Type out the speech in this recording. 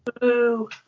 Boo